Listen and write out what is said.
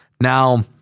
Now